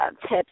tips